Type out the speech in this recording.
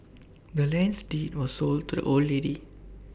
the land's deed was sold to the old lady